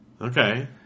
Okay